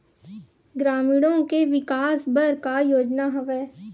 ग्रामीणों के विकास बर का योजना हवय?